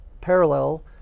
parallel